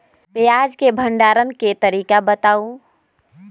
प्याज के भंडारण के तरीका बताऊ?